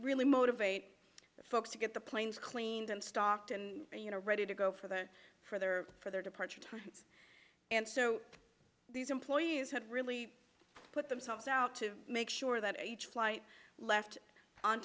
really motivate the folks to get the planes clean them stocked and ready to go for the for their for their departure time and so these employees had really put themselves out to make sure that each flight left on